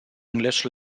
english